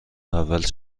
اول